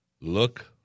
Look